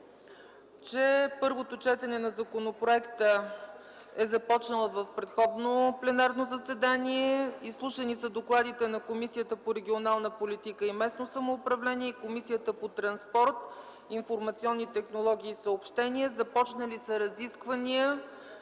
че първото четене на законопроекта започна в предходно пленарно заседание. Изслушани са докладите на Комисията по регионална политика и местно самоуправление и на Комисията по транспорт, информационни технологии и съобщения. Започнаха се разисквания,